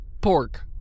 pork